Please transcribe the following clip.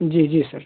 जी जी सर